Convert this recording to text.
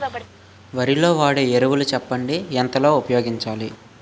వరిలో వాడే ఎరువులు చెప్పండి? ఎంత లో ఉపయోగించాలీ?